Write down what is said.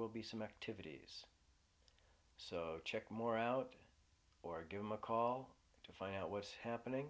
will be some activity so check more out or give him a call to find out what's happening